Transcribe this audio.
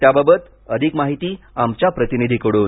त्याबाबत अधिक माहिती आमच्या प्रतिनिधी कडून